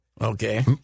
Okay